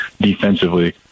defensively